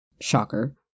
shocker